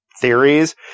theories